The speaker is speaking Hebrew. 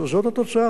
אז זאת התוצאה,